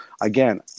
Again